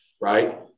right